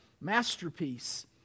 masterpiece